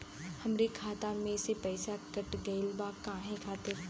हमरे खाता में से पैसाकट गइल बा काहे खातिर?